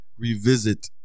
revisit